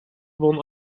won